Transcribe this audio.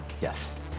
Yes